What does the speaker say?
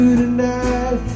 tonight